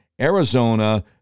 Arizona